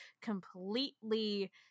completely